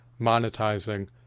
monetizing